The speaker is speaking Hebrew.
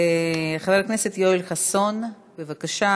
חבר הכנסת יואל חסון, בבקשה.